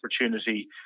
opportunity